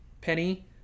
Penny